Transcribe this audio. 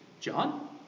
John